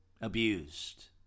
abused